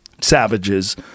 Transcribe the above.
savages